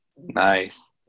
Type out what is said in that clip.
nice